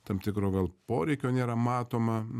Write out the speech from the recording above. tam tikro gal poreikio nėra matoma